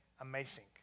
Amazing